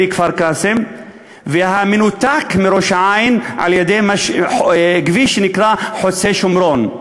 כפר-קאסם ומנותק מראש-העין על-ידי כביש שנקרא חוצה-שומרון.